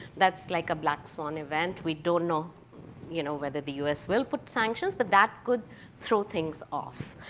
that's like black swan event. we don't know you know whether the us will put sanctions, but that could throw things off.